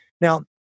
Now